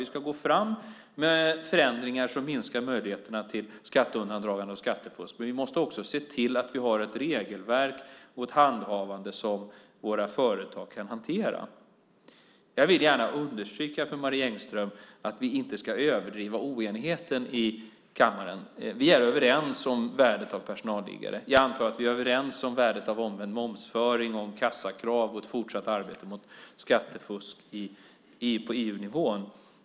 Vi ska gå fram med förändringar som minskar möjligheterna till skatteundandragande och skattefusk, men vi måste också se till att vi har ett regelverk och ett handhavande som våra företag kan hantera. Jag vill gärna understryka för Marie Engström att vi inte ska överdriva oenigheten i kammaren. Vi är överens om värdet av personalliggare. Jag antar att vi är överens om värdet av omvänd momsföring, om kassakrav och ett fortsatt arbete mot skattefusk på EU-nivå.